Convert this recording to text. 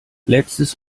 letztes